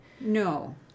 No